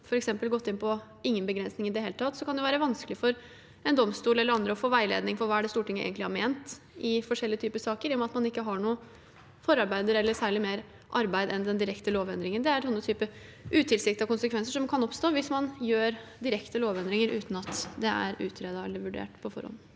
for ingen begrensning i det hele tatt, kunne det være vanske lig for en domstol eller andre å få veiledning i hva Stortinget egentlig hadde ment i forskjellige typer saker, i og med at man ikke har noen forarbeider eller særlig annet enn den direkte lovendringen. Det er sånne typer utilsiktede konsekvenser som kan oppstå hvis man gjør direkte lovendringer uten at det er utredet eller vurdert på forhånd.